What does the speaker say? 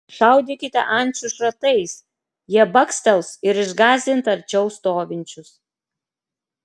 šaudykite ančių šratais jie bakstels ir išgąsdins arčiau stovinčius